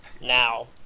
now